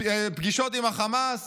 פגישות עם החמאס